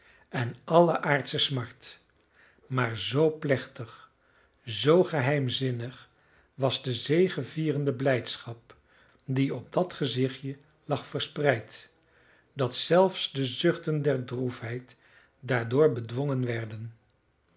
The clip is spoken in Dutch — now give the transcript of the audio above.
en alle aardsche smart maar zoo plechtig zoo geheimzinnig was de zegevierende blijdschap die op dat gezichtje lag verspreid dat zelfs de zuchten der droefheid daardoor bedwongen werden